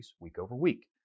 week-over-week